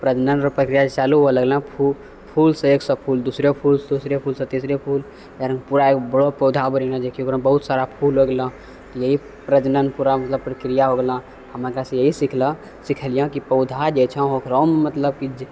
प्रजनन रऽ प्रक्रिया जे चालू हुवए लगलँ फूल सँ एक सँ फूल दूसरे फूल दूसरे फूल सँ तीसरे फूल पूरा बड़ा पौधा बनी गेलँ जेकी ओकरामे बहुत सारा फूल लगलँ यही प्रजनन पूरा मतलब प्रक्रिया हो गेलँ हम एकरा से यही सिखलँ सिखलियँ की पौधा जे छँ ओकरो मे मतलब की